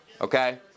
okay